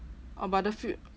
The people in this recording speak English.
oh but the few